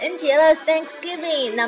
Thanksgiving